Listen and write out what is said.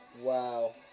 Wow